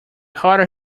harder